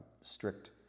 strict